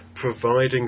providing